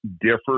differ